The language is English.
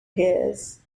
his